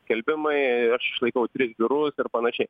skelbimai aš išlaikau tris biurus ir panašiai